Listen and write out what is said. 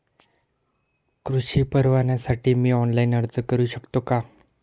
कृषी परवान्यासाठी मी ऑनलाइन अर्ज करू शकतो का?